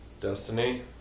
Destiny